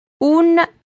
Un